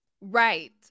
Right